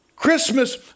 Christmas